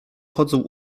chodzą